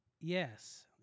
Yes